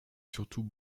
surtout